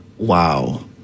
Wow